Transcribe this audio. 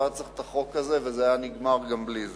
לא היה צריך את החוק הזה וזה היה נגמר גם בלי זה.